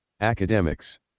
Academics